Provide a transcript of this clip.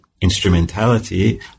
instrumentality